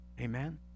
amen